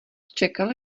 čekal